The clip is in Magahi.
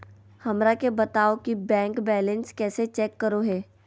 हमरा के बताओ कि बैंक बैलेंस कैसे चेक करो है?